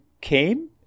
came